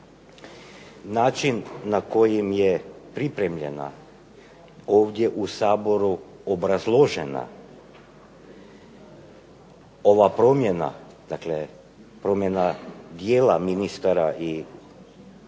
Način na koji im je pripremljena ovdje u Saboru obrazložena ova promjena, dakle promjena dijela ministara i imenovanje